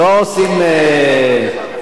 בבקשה.